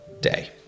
day